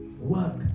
work